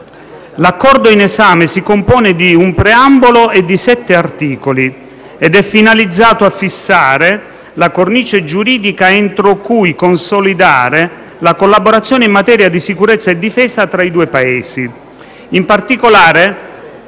L'Accordo in esame si compone di un preambolo e di sette articoli ed è finalizzato a fissare la cornice giuridica entro cui consolidare la collaborazione in materia di sicurezza e difesa tra i due Paesi,